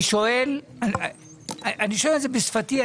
אני שואל את זה בשפתי.